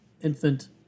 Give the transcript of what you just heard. infant